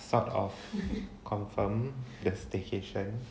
sort of confirm the staycation